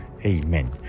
Amen